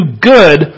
good